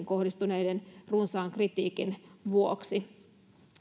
kohdistuneen runsaan kritiikin vuoksi